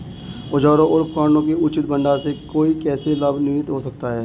औजारों और उपकरणों के उचित भंडारण से कोई कैसे लाभान्वित हो सकता है?